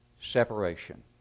separation